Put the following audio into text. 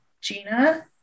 Gina